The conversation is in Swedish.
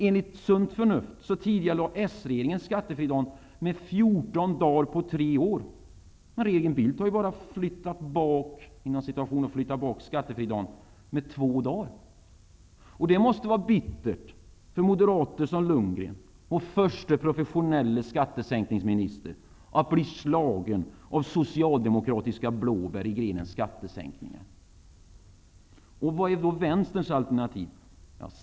Enligt Sunt förnuft tidigarelade s-regeringen skattefridagen med 14 dagar på tre år. Men regeringen Bildt har ''bara'' flyttat bak skattefridagen två dagar. Det måste vara bittert för moderater som Lundgren, vår förste professionelle skattesänkningsminister, att bli slagen av socialdemokratiska blåbär i grenen skattesänkningar. Vad är då Vänsterpartiets alternativ?